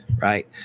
Right